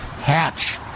hatch